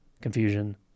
confusion